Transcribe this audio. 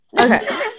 okay